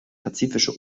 pazifische